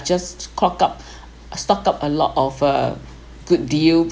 just cropped up stock up a lot of uh good deal